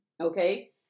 Okay